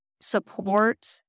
support